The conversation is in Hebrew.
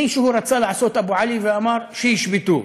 מישהו רצה לעשות אבו עלי ואמר: שישבתו,